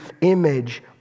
image